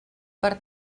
per